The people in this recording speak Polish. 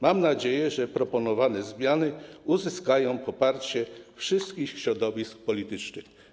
Mam nadzieję, że proponowane zmiany uzyskają poparcie wszystkich środowisk politycznych.